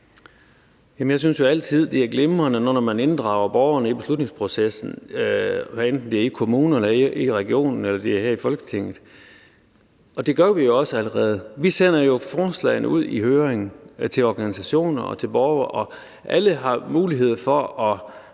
Jeg synes jo altid, det er glimrende, når man inddrager borgerne i beslutningsprocessen, hvad enten det er i kommunerne, i regionen eller det er her i Folketinget, og det gør vi jo også allerede. Vi sender jo forslagene ud i høring til organisationer og til borgere, og alle har mulighed for at